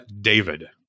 David